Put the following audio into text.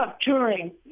touring